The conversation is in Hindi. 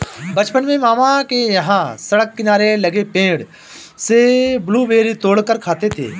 बचपन में मामा के यहां सड़क किनारे लगे पेड़ से ब्लूबेरी तोड़ कर खाते थे